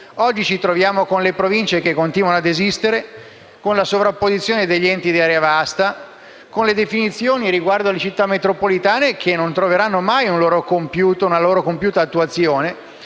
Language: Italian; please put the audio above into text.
Oggi ci troviamo con le Province che continuano a esistere e con la sovrapposizione degli enti di area vasta, con la definizione delle città metropolitane che non troveranno mai una loro compiuta attuazione,